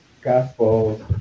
Gospels